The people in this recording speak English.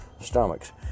stomachs